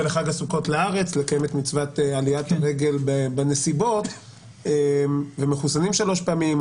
לחג הסוכות לארץ לקיים את מצוות עליית הרגל ומחוסנים שלוש פעמים,